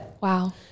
Wow